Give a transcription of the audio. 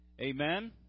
Amen